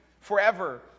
forever